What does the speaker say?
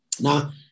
Now